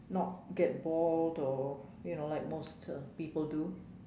not get bald or you know like most people do